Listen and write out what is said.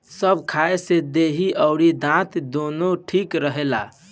सेब खाए से देहि अउरी दांत दूनो ठीक रहेला